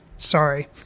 Sorry